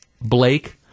Blake